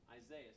Isaiah